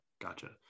gotcha